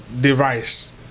device